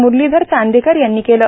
मुरलीधर चांदेकर यांनी केले